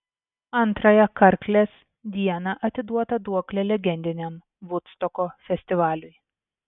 antrąją karklės dieną atiduota duoklė legendiniam vudstoko festivaliui